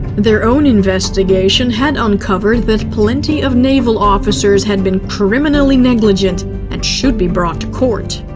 their own investigation had uncovered that plenty of naval officers had been criminally negligent and should be brought to court.